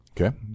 okay